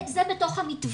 זה בתוך המתווה,